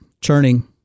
churning